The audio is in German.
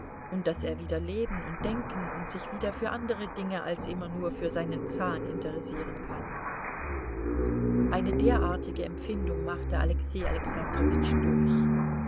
und daß er wieder leben und denken und sich wieder für andere dinge als immer nur für seinen zahn interessieren kann eine derartige empfindung machte alexei alexandrowitsch durch